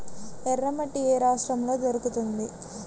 ఎర్రమట్టి ఏ రాష్ట్రంలో దొరుకుతుంది?